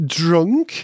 drunk